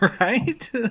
Right